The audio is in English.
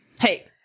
hey